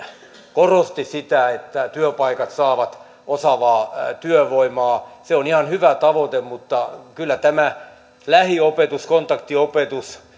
korosti sitä että työpaikat saavat osaavaa työvoimaa se on ihan hyvä tavoite mutta kyllä tämä lähiopetus kontaktiopetus